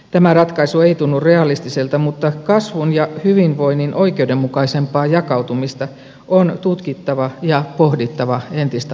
tämä ratkaisu ei tunnu realistiselta mutta kasvun ja hyvinvoinnin oikeudenmukaisempaa jakautumista on tutkittava ja pohdittava entistä aktiivisemmin